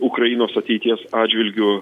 ukrainos ateities atžvilgiu